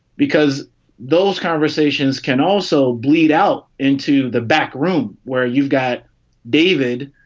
because those conversations can also bleed out into the back room where you've got david,